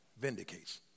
vindicates